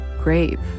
grave